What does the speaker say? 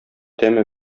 тәме